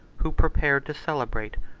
who prepared to celebrate,